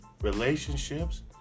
relationships